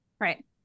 right